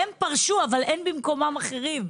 הם פרשו, אבל אין במקומם אחרים.